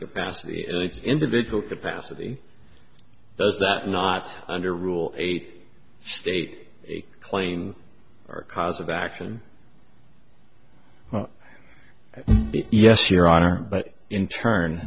capacity individual capacity does that not under rule eight state a plane or a cause of action yes your honor but in turn